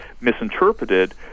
misinterpreted